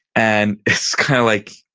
and it's kind of like,